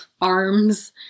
arms